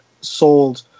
sold